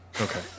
Okay